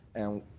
and